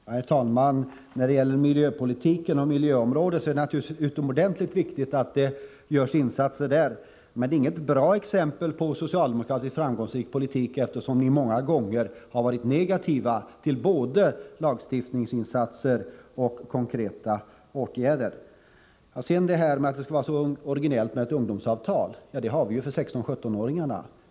Herr talman! Det är naturligtvis utomordentligt viktigt att det görs insatser på miljöområdet, men det är inget bra exempel på framgångsrik socialdemokratisk politik, eftersom ni många gånger varit negativa både till lagstiftningsinsatser och till konkreta åtgärder. Anna Lindh påstår att det skulle vara så originellt med ett ungdomsavtal. Men det har vi ju för 16-17-åringarna.